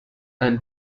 and